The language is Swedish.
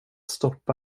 stoppa